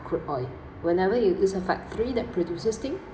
crude oil whenever you is a factory that produces thing